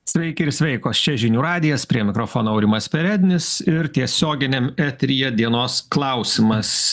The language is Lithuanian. sveiki ir sveikos čia žinių radijas prie mikrofono aurimas perednis ir tiesioginiam eteryje dienos klausimas